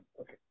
Okay